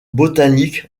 botanique